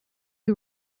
who